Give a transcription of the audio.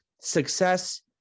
success